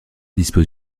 dispose